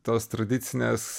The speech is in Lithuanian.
tos tradicinės